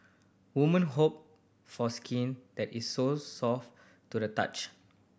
woman hope for skin that is so soft to the touch